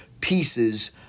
pieces